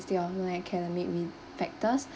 instead of non academic re~ factors